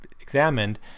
examined